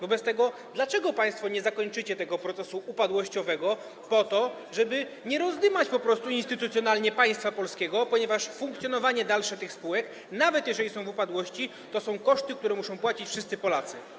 Wobec tego dlaczego państwo nie zakończycie tego procesu upadłościowego po to, żeby nie rozdymać po prostu instytucjonalnie państwa polskiego, ponieważ funkcjonowanie dalsze tych spółek, nawet jeżeli są w upadłości, to są koszty, które muszą płacić wszyscy Polacy?